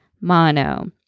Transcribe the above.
mono